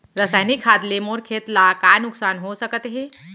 रसायनिक खाद ले मोर खेत ला का नुकसान हो सकत हे?